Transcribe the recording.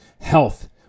health